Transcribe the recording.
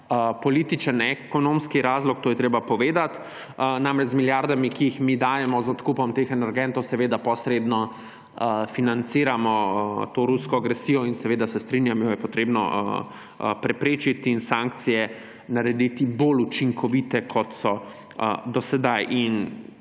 političen, ne ekonomski razlog, to je treba povedati. Namreč, z milijardami, ki jih dajemo z odkupom teh energentov, posredno financiramo to rusko agresijo. Seveda se strinjam, da je treba to preprečiti in sankcije narediti bolj učinkovite, kot so do sedaj.